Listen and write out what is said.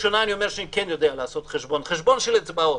של אצבעות.